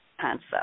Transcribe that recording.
concept